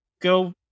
go